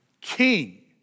king